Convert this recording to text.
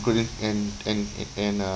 could it and and and uh